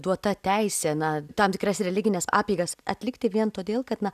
duota teisė na tam tikras religines apeigas atlikti vien todėl kad na